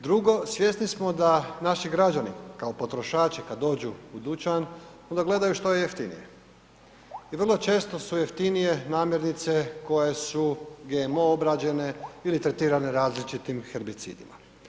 Drugo, svjesni smo da naši građani kao potrošači kad dođu u dućan tada gledaju što je jeftinije i vrlo često su jeftinije namirnice koje su GMO obrađene ili tretirane različitim herbicidima.